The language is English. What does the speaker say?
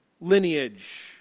lineage